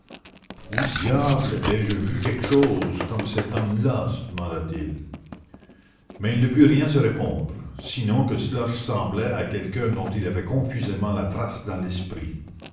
où diable ai-je vu quelque chose comme cet homme-là se demanda-t-il mais il ne put rien se répondre sinon que cela ressemblait à quelqu'un dont il avait confusément la trace dans l'esprit